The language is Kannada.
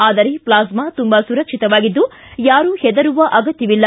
ಆದರೆ ಪ್ಲಾಸ್ನಾ ತುಂಬಾ ಸುರಕ್ಷಿತವಾಗಿದ್ದು ಯಾರು ಹೆದರುವ ಅಗತ್ತವಿಲ್ಲ